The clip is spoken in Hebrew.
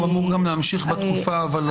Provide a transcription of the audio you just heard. אבל הוא גם אמור להמשיך בתקופה הזו?